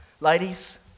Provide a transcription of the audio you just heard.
Ladies